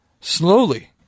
slowly